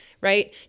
right